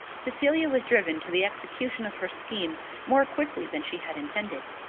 cecilia was driven to the execution of her scheme more quickly than she had intended.